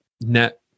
net